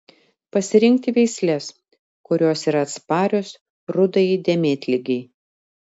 pasirinkti veisles kurios yra atsparios rudajai dėmėtligei